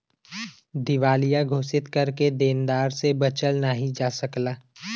दिवालिया घोषित करके देनदार से बचल नाहीं जा सकला